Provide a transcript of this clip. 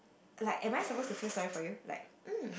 like am I supposed to feel sorry for you like mm